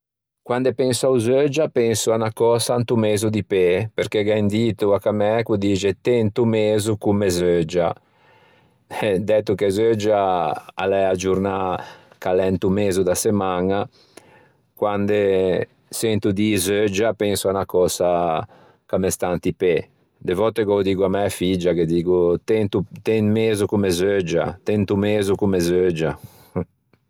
Quande penso a-o zeuggia penso à unna cösa into mezo di pê, perché gh'é un dito à cà mæ ch'o dixe "t'ê into mezo comme zeuggia" eh dæto che o zeuggia a l'é a giornâ ch'a l'é into mezo da settemaña, quande sento dî zeuggia penso à unna cösa ch'a me stà inti pê. De vòtte gh'ô diggo à mæ figgia ghe diggo "t'ê into t'ê in mezo comme zeuggia, t'ê into mezo comme zeuggia”.